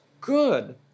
good